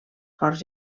corts